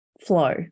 flow